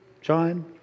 John